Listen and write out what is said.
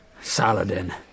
Saladin